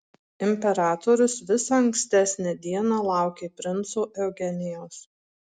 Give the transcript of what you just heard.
imperatorius visą ankstesnę dieną laukė princo eugenijaus